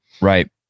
right